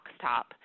top